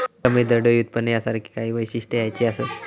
कमी दरडोई उत्पन्न यासारखी काही वैशिष्ट्यो ह्याची असत